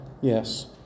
Yes